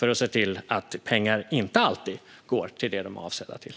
och se till att pengar inte alltid går till det som de är avsedda för.